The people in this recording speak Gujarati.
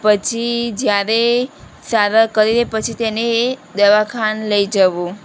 પછી જ્યારે સારવાર કરીને પછી તેને દવાખાને લઈ જવું